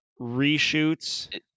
reshoots